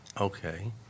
okay